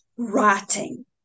writing